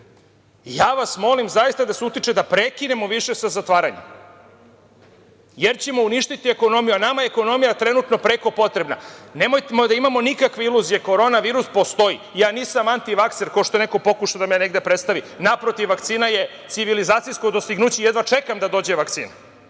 vas molim zaista da se utiče da prekinemo više sa zatvaranjem, jer ćemo uništiti ekonomiju, a nama je ekonomija trenutno preko potrebna. Nemojte da imamo nikakve iluzije. Korona virus postoji i ja nisam antivakser, kao što je neko pokušao da me negde predstavi. Naprotiv, vakcina je civilizacijsko dostignuće i jedva čekam da dođe vakcina,